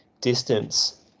distance